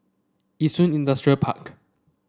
Yishun Industrial Park